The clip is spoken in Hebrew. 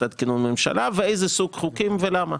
עד כינון ממשלה ואיזה סוג של חוקים ולמה.